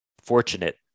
fortunate